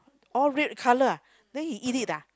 all red colour ah then he eat it ah